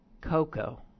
Coco